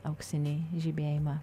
auksinį žibėjimą